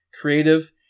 creative